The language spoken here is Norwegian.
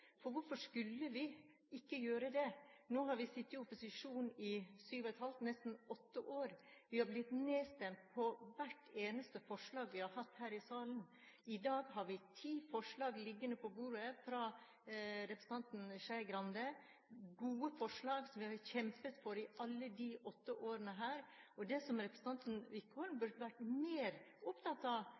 For hvorfor skulle vi ikke gjøre det? Nå har vi sittet i opposisjon i sju og et halvt, nesten åtte år. Vi har blitt nedstemt på hvert eneste forslag vi har hatt her i salen. I dag har vi ti forslag liggende på bordet fra representanten Skei Grande – gode forslag som vi har kjempet for i alle de åtte årene her. Det som representanten Wickholm burde vært mer opptatt av,